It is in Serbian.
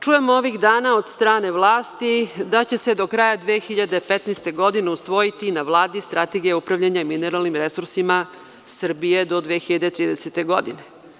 Čujemo ovih dana od strane vlasti da će se do kraja 2015. godine usvojiti na Vladi strategija upravljanja mineralnim resursima Srbije do 2030. godine.